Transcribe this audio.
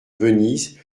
venise